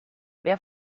wer